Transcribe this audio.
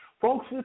Folks